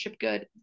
good